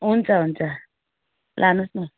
हुन्छ हुन्छ लानुहोस् न